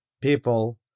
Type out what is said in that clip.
people